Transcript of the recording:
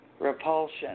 Repulsion